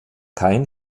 kein